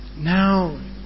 Now